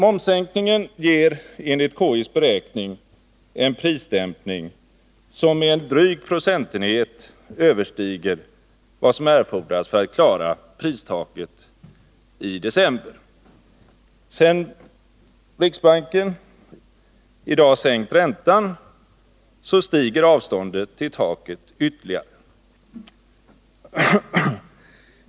Momssänkningen ger enligt konjunkturinstitutets beräkning en prisdämpning, som med en dryg procentenhet överstiger vad som erfordras för att man skall kunna klara pristaket i december. Sedan riksbanken i dag sänkt räntan, stiger avståndet till taket ytterligare.